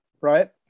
Right